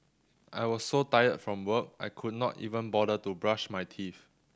I was so tired from work I could not even bother to brush my teeth